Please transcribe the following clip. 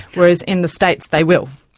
whereas in the states, they will.